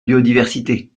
biodiversité